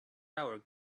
hour